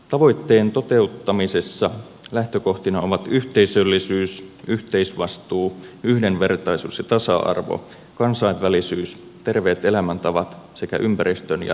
tavoitteen toteuttamisessa lähtökohtina ovat yhteisöllisyys yhteisvastuu yhdenvertaisuus ja tasa arvo kansainvälisyys terveet elämäntavat sekä ympäristön ja elämän kunnioittaminen